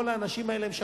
כל האנשים האלה הם שקרנים.